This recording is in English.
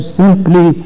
simply